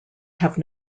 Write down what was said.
have